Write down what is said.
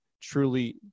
truly